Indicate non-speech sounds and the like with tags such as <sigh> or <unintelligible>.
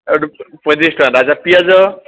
<unintelligible> ପଇଁତିରିଶ ଟଙ୍କା ଆଚ୍ଛା ପିଆଜ